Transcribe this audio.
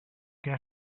què